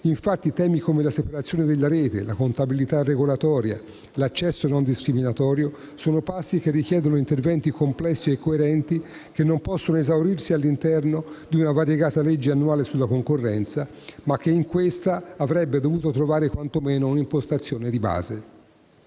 Infatti temi come la separazione della rete, la contabilità regolatoria, l'accesso non discriminatorio, sono passi che richiedono interventi complessi e coerenti che non possono esaurirsi all'interno di una variegata legge annuale sulla concorrenza, ma che in questa avrebbe dovuto trovare quantomeno un'impostazione di base.